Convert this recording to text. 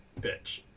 bitch